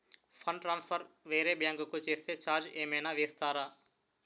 Fund transfer వేరే bank కి చేస్తే ఛార్జ్ ఏమైనా వేస్తారా?